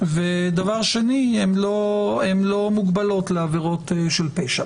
ודבר שני, הן לא מוגבלות לעבירות של פשע.